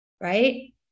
right